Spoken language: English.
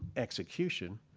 execution,